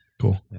cool